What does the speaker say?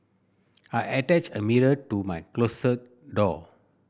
I attached a mirror to my closet door